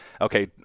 okay